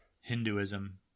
Hinduism